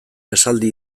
esaldi